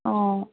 অঁ